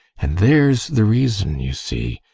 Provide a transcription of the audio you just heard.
and there's the reason, you see,